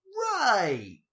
right